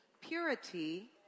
purity